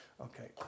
Okay